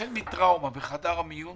החל מטראומה בחדר המיון